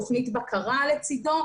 תוכנית בקרה לצדו.